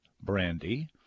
brandy